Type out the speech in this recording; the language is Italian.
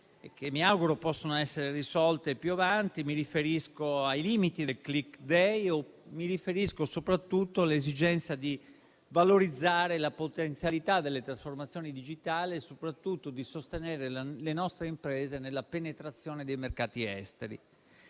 che mi auguro possono essere risolte più avanti: mi riferisco ai limiti del *click day* o soprattutto all'esigenza di valorizzare la potenzialità delle trasformazioni digitali e soprattutto di sostenere le nostre imprese nella penetrazione nei mercati esteri.